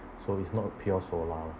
so is not a pure solar lah